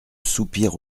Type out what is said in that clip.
soupir